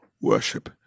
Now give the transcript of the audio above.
worship